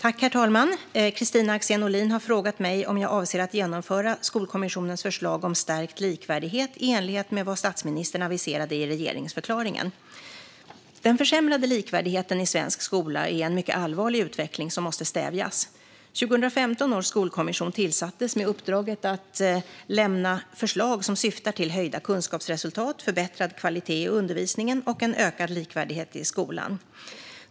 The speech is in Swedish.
Herr talman! Kristina Axén Olin har frågat mig om jag avser att genomföra Skolkommissionens förslag om stärkt likvärdighet i enlighet med vad statsministern aviserade i regeringsförklaringen. Den försämrade likvärdigheten i svensk skola är en mycket allvarlig utveckling som måste stävjas. 2015 års skolkommission tillsattes med uppdraget att lämna förslag som syftar till höjda kunskapsresultat, förbättrad kvalitet i undervisningen och en ökad likvärdighet i skolan.